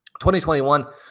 2021